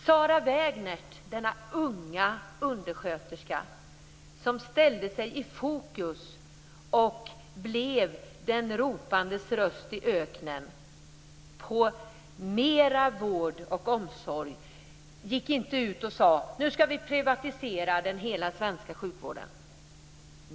Sarah Wägnert, denna unga undersköterska som ställde sig i fokus och blev den ropandes röst i öknen för mera vård och omsorg, gick inte ut och sade: Nu ska vi privatisera hela den svenska sjukvården.